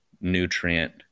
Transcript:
nutrient